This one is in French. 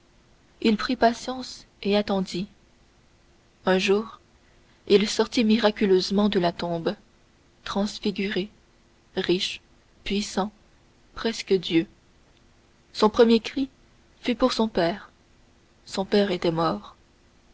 il prit patience et attendit un jour il sortit miraculeusement de la tombe transfiguré riche puissant presque dieu son premier cri fut pour son père son père était mort